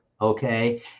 Okay